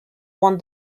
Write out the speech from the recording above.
won